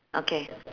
okay